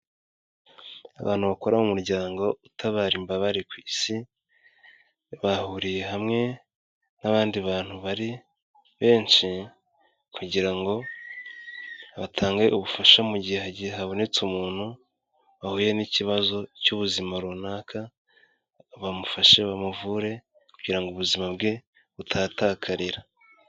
Abantu bakora mu muryango utabara imbabare ku isi, bahuriye hamwe n'abandi bantu bari benshi kugira ngo batange ubufasha mu gihe habonetse umuntu wahuye n'ikibazo cy'ubuzima runaka, bamufashe bamuvure kugira ngo ubuzima bwe butahatakarira.